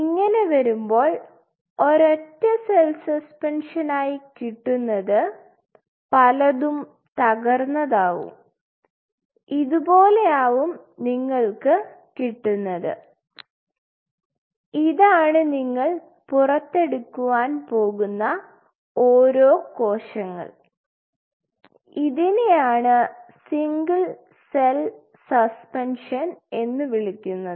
ഇങ്ങനെ വരുമ്പോൾ ഒരൊറ്റ സെൽ സസ്പെൻഷൻ ആയി കിട്ടുന്നത് പലതും തകർന്നതാവും ഇതുപോലാവും നിങ്ങൾക്ക് കിട്ടുന്നത് ഇതാണ് നിങ്ങൾ പുറത്തെടുക്കാൻ പോകുന്ന ഓരോ കോശങ്ങൾ ഇതിനെയാണ് സിംഗിൾ സെൽ സസ്പെൻഷൻ എന്ന് വിളിക്കുന്നത്